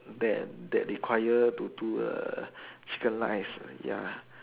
that that require to do err chicken rice ya